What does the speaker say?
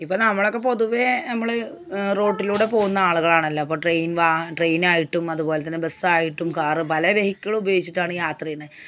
ഇപ്പം നമ്മളൊക്കെ പൊതുവെ നമ്മൾ റോട്ടിലൂടെ പോകുന്ന ആളുകളാണല്ലോ എപ്പം ട്രയിൻ വാ ട്രയ്നായിട്ടും അതു പോലെത്തന്നെ ബസ്സായിട്ടും കാർ പല വെഹിക്കിളുപയോഗിച്ചിട്ടാണ് യാത്ര ചെയ്യണെ